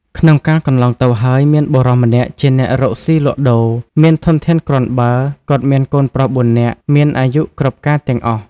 ក្នុងកាលកន្លងទៅហើយ មានបុរសម្នាក់ជាអ្នករកស៊ីលក់ដូរ មានធនធានគ្រាន់ បើ គាត់មានកូនប្រុស៤នាក់មានអាយុគ្រប់ការទាំងអស់ ។